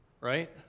right